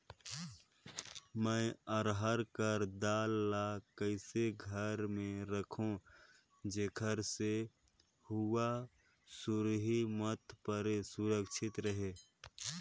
मैं अरहर कर दाल ला कइसे घर मे रखों जेकर से हुंआ सुरही मत परे सुरक्षित रहे?